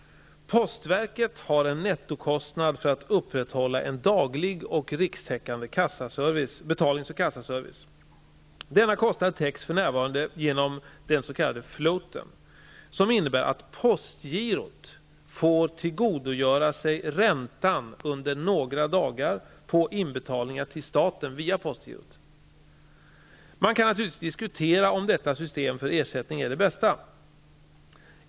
Postverket har en nettokostnad för att upprätthålla en daglig och rikstäckande betalnings och kassaservice. Denna kostnad täcks för närvarande genom den s.k. floaten, som innebär att postgirot får tillgodogöra sig räntan under några dagar på inbetalningar till staten via postgirot. Man kan naturligtvis diskutera om detta system för ersättning är det bästa.